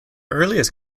earliest